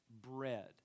bread